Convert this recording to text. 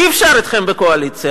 אי-אפשר אתכם בקואליציה,